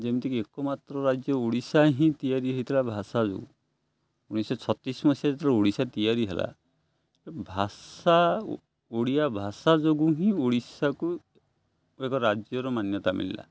ଯେମିତିକି ଏକମାତ୍ର ରାଜ୍ୟ ଓଡ଼ିଶା ହିଁ ତିଆରି ହେଇଥିଲା ଭାଷା ଯୋଗୁଁ ଉଣେଇଶିଶହ ଛତିଶି ମସିହା ଯେତେବେଳେ ଓଡ଼ିଶା ତିଆରି ହେଲା ଭାଷା ଓଡ଼ିଆ ଭାଷା ଯୋଗୁଁ ହିଁ ଓଡ଼ିଶାକୁ ଏକ ରାଜ୍ୟର ମାନ୍ୟତା ମିଳିଲା